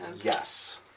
Yes